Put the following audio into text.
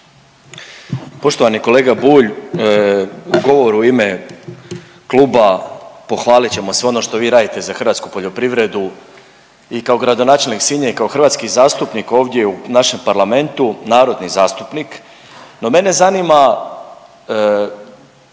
Poštovani kolega Bulj. Govor u ime kluba, pohvalit ćemo sve ono što vi radite za hrvatsku poljoprivredu i kao gradonačelnik Sinja i kao hrvatski zastupnik ovdje u našem parlamentu, narodni zastupnik. No, mene zanima,